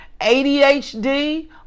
ADHD